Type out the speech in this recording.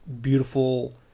beautiful